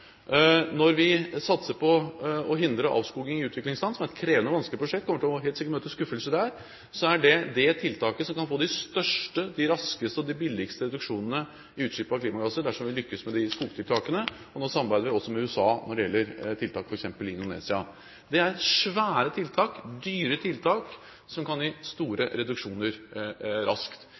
Når vi satser på å hindre avskoging i utviklingsland, som er et krevende og vanskelig prosjekt – vi kommer helt sikkert til å møte skuffelser der – er det det tiltaket som kan få de største, de raskeste og de billigste reduksjonene i utslippet av klimagasser, dersom vi lykkes med disse skogtiltakene. Nå samarbeider vi også med USA når det gjelder tiltak, f.eks. i Indonesia. Det er svære tiltak, dyre tiltak, som kan gi store reduksjoner raskt.